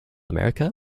america